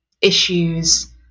issues